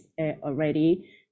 already